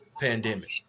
pandemic